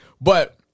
But-